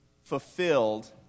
fulfilled